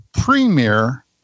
premier